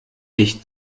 dich